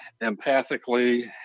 empathically